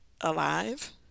alive